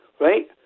right